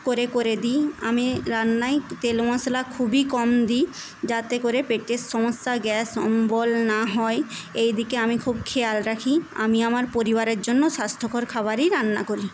করে করে দিই আমি রান্নায় তেল মশলা খুবই কম দিই যাতে করে পেটের সমস্যা গ্যাস অম্বল না হয় এইদিকে আমি খুব খেয়াল রাখি আমি আমার পরিবারের জন্য স্বাস্থ্যকর খাবারই রান্না করি